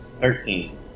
Thirteen